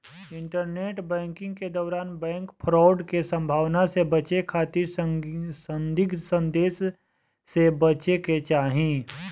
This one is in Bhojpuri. इंटरनेट बैंकिंग के दौरान बैंक फ्रॉड के संभावना से बचे खातिर संदिग्ध संदेश से बचे के चाही